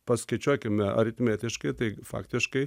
paskaičiuokime aritmetiškai tai faktiškai